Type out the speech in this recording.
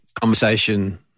conversation